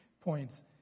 points